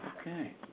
okay